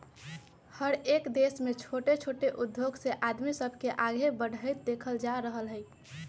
हरएक देश में छोट छोट उद्धोग से आदमी सब के आगे बढ़ईत देखल जा रहल हई